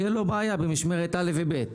ויהיו לו בעיות במשמרת א' ו-ב'.